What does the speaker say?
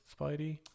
Spidey